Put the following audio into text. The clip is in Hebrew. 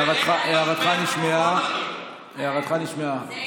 הערתך נשמעה.